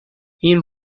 این